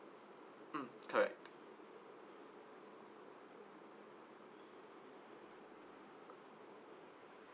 mm correct